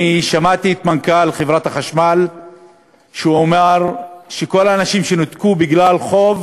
אני שמעתי את מנכ"ל חברת החשמל אומר שכל האנשים שנותקו בגלל חוב